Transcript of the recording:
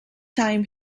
time